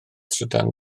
trydan